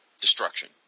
destruction